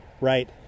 right